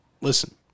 Listen